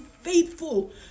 faithful